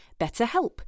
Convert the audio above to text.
BetterHelp